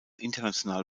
international